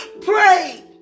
pray